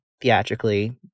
theatrically